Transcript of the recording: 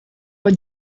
pot